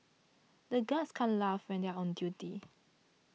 the guards can't laugh when they are on duty